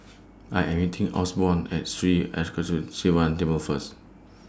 I Am meeting Osborne At Sri Arasakesari Sivan Temple First